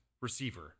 receiver